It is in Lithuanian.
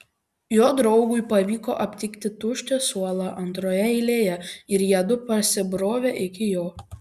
jo draugui pavyko aptikti tuščią suolą antroje eilėje ir jiedu prasibrovė iki jo